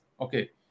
okay